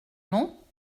non